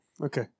Okay